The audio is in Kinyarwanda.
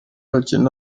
hakenewe